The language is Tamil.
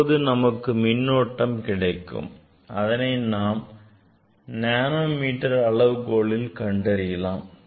இப்போது நமக்கு ஒளிமின்னோட்டம் கிடைக்கும் அதனை நாம் நேனோமீட்டர் அளவுகோலில் கண்டறியலாம்